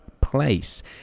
place